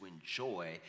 enjoy